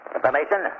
Information